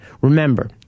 Remember